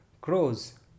crows